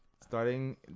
starting